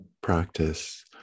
practice